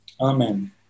Amen